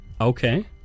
Okay